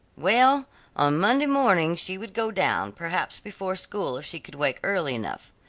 well on monday morning she would go down, perhaps before school if she could wake early enough.